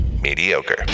mediocre